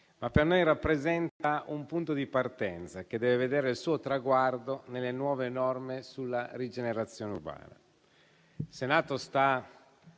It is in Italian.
ma per noi rappresenta un punto di partenza che deve vedere il suo traguardo nelle nuove norme sulla rigenerazione urbana.